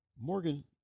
Morgan